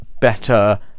better